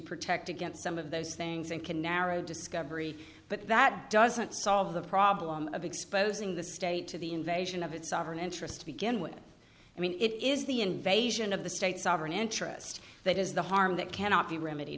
protect against some of those things and can narrow discovery but that doesn't solve the problem of exposing the state to the invasion of its sovereign interests to begin with i mean it is the invasion of the state sovereign interest that is the harm that cannot be remed